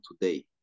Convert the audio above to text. today